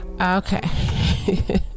Okay